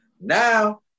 Now